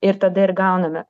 ir tada ir gauname